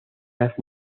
las